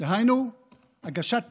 דהיינו הגשת תקציבים,